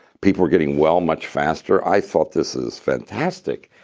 people were getting well much faster. i thought, this is fantastic.